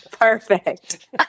Perfect